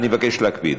אני מבקש להקפיד.